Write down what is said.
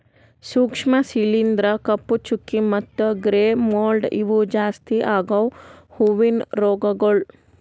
ಸೂಕ್ಷ್ಮ ಶಿಲೀಂಧ್ರ, ಕಪ್ಪು ಚುಕ್ಕಿ ಮತ್ತ ಗ್ರೇ ಮೋಲ್ಡ್ ಇವು ಜಾಸ್ತಿ ಆಗವು ಹೂವಿನ ರೋಗಗೊಳ್